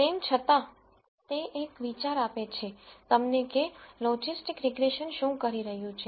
તેમ છતાં તે એક વિચાર આપે છે તમને કે લોજિસ્ટિક રીગ્રેસન શું કરી રહયુ છે